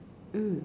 mm